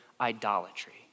idolatry